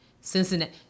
Cincinnati